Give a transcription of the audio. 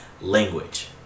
language